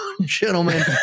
Gentlemen